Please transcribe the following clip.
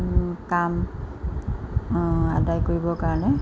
কাম আদায় কৰিবৰ কাৰণে